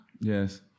Yes